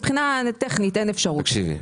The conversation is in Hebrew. מבחינה טכנית אין אפשרות לבדוק את התחולה של החומרים.